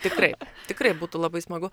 tikrai tikrai būtų labai smagu